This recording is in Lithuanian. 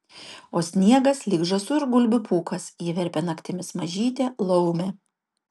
o sniegas lyg žąsų ir gulbių pūkas jį verpia naktimis mažytė laumė